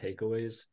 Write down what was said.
takeaways